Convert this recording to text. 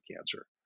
cancer